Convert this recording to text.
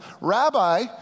Rabbi